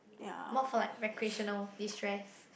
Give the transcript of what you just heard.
more for like recreational destress